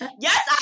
yes